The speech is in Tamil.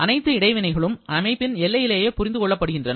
அனைத்து இடைவினைகளும் அமைப்பின் எல்லையிலேயே புரிந்து கொள்ளப்படுகின்றன